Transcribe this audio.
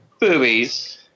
boobies